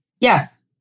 yes